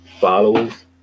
followers